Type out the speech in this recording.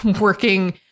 working